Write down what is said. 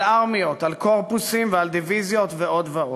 על ארמיות, על קורפוסים ועל דיביזיות, ועוד ועוד.